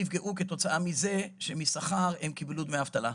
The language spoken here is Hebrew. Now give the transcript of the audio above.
נפגעו כתוצאה מזה שמשכר הם קיבלו דמי אבטלה.